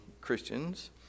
Christians